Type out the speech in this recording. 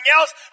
else